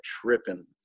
tripping